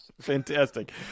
Fantastic